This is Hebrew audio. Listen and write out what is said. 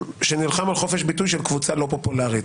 שנלחם על חופש ביטוי של קבוצה לא פופולרית.